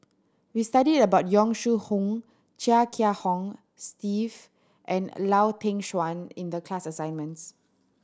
we studied about Yong Shu Hoong Chia Kiah Hong Steve and Lau Teng Chuan in the class assignments